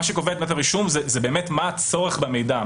מה שקובע את מידת הרישום זה הצורך במידע,